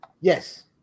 Yes